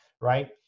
right